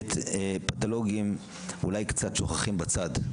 ואת הפתולוגים אולי קצת שוכחים בצד.